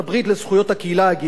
שנקרא Equality Forum,